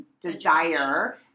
desire